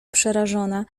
przerażona